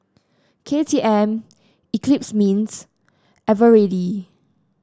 K T M Eclipse Mints Eveready